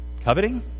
coveting